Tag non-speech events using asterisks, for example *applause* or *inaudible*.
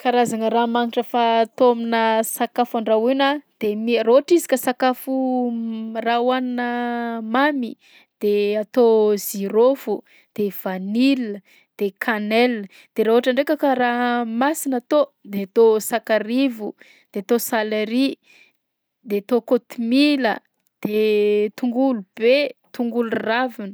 Karazagna raha magnitra fatao aminà sakafo andrahoina de mi- raha ohatra izy ka sakafo *hesitation* raha hoanina mamy de atao zirôfo de vanila de cannelle; de raha ohatra ndraika ka raha masina atao de atao sakarivo de atao salery, de atao kôtomila, de tongolo be, tongolo raviny.